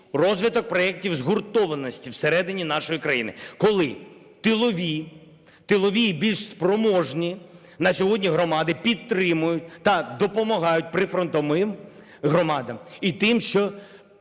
Розвиток проєктів згуртованості всередині нашої країни, коли тилові, тилові і більш спроможні на сьогодні громади підтримують та допомагають прифронтовим громадам і тим, що